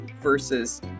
versus